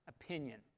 opinion